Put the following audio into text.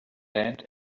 sand